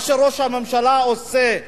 מה שראש הממשלה עושה,